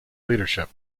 leadership